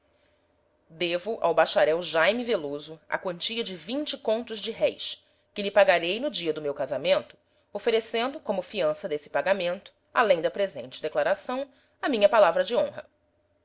devo ao bacharel jaime veloso a quantia de vinte contos de réis que lhe pagarei no dia do meu casamento oferecendo como fiança desse pagamento além da presente declaração a minha palavra de honra